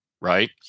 right